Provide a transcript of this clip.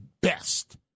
best